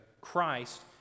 Christ